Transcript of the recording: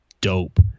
dope